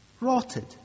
rotted